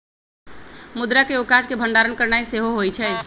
मुद्रा के एगो काज के भंडारण करनाइ सेहो होइ छइ